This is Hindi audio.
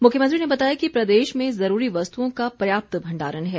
मुख्यमंत्री ने बताया कि प्रदेश में जरूरी वस्तुओं का पर्याप्त भंडारण है